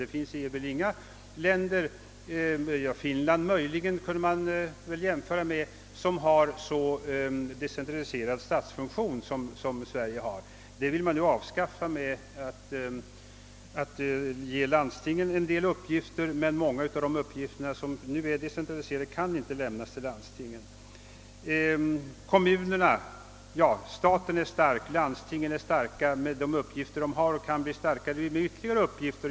Det finns väl inga länder — Finland kunde man möjligen jämföra med — som har så decentraliserad statsfunktion som Sverige. Detta vill man nu avskaffa genom att ge landstingen en del uppgifter. Men många av de statliga uppgifter som nu är decentraliserade kan inte lämnas till landstingen. Staten är stark, landstingen är starka med de uppgifter de har och kan bli starkare med ytterligare uppgifter.